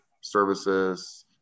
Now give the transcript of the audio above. services